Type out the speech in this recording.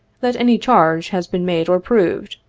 that any charge has been made or proved,